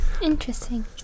Interesting